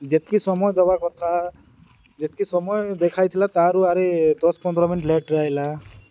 ଯେତ୍କି ସମୟ ଦେବା କଥା ଯେତ୍କି ସମୟ ଦେଖାଇଥିଲା ତାରୁ ଆରି ଦଶ ପନ୍ଦର ମିନିଟ୍ ଲେଟ୍ରେ ଆଇଲା